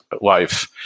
life